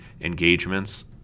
engagements